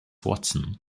watson